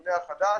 לממונה החדש,